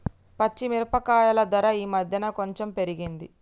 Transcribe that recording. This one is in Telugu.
పచ్చి మిరపకాయల ధర ఈ మధ్యన కొంచెం పెరిగింది